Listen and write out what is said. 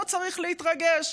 לא צריך להתרגש.